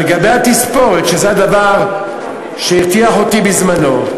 עכשיו, לגבי התספורת, שזה הדבר שהרתיח אותי בזמנו,